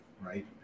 Right